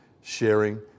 sharing